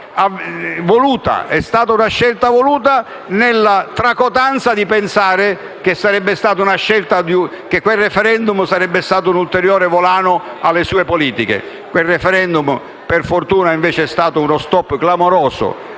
è stata una scelta dettata dalla tracotanza di pensare che quel *referendum* sarebbe stato un ulteriore volano alle sue politiche. Quel *referendum* per fortuna invece è stato uno *stop* clamoroso